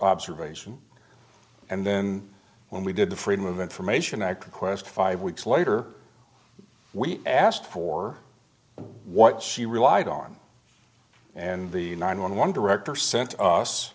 observation and then when we did the freedom of information act request five weeks later we asked for what she relied on and the nine one one director sent us